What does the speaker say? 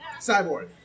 Cyborg